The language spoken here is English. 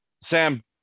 Sam